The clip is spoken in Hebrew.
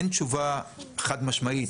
אין תשובה חד משמעית.